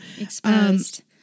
exposed